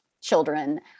children